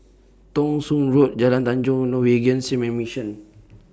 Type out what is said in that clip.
Thong Soon Road Jalan Tanjong and Norwegian Seamen's Mission